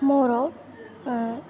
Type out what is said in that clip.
ମୋର